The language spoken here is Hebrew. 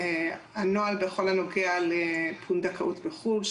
הנוהל בכל הנוגע לפונדקאות בחו"ל,